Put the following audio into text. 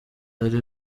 ari